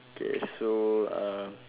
okay so